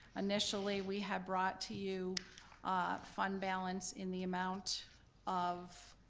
initially we had brought to you ah fund balance in the amount of